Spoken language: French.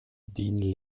digne